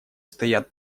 стоят